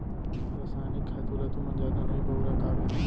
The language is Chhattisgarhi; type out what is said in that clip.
रसायनिक खातू ल तुमन जादा नइ बउरा का गा?